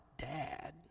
dad